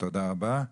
תודה רבה.